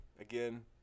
Again